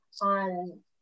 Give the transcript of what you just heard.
on